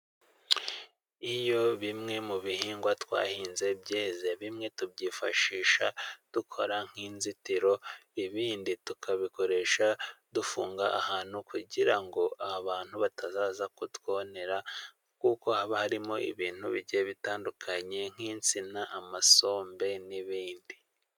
Iyo bimwe mu bihingwa twahinze byeze, bimwe tubyifashisha dukora nk'inzitiro, ibindi tukabikoresha dufunga ahantu kugira ngo abantu batazaza kutwonera, kuko haba harimo ibintu bigiye bitandukanye nk'insina, asombe n'ibindi.